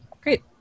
Great